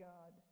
God